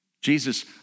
Jesus